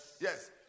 Yes